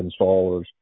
installers